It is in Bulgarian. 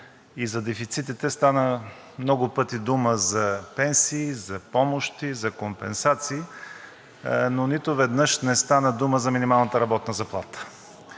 и за дефицитите стана много пъти дума за пенсии, за помощи, за компенсации, но нито веднъж не стана дума за минималната работна заплата.